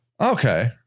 Okay